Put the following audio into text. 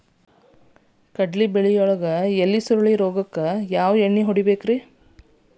ಕಡ್ಲಿ ಬೆಳಿಯಾಗ ಎಲಿ ಸುರುಳಿ ರೋಗಕ್ಕ ಯಾವ ಎಣ್ಣಿ ಹೊಡಿಬೇಕ್ರೇ?